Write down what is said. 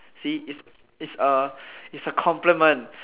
see is is a is a compliment